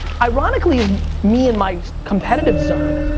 ironically is me in my competitive zone.